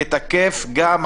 לא, אל תפגע בחברים.